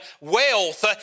wealth